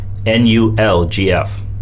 NULGF